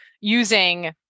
using